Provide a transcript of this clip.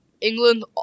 England